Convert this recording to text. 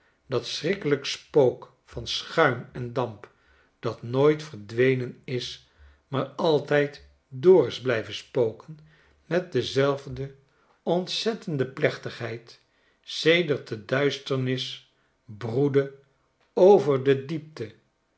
dat schrikkelijk spook van schuim en damp dat nooit verdwenen is maar altijd door is blijven spoken met dezelfde ontzettende plechtigheid sedert de duisternis broedde over de diepte